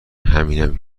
همینم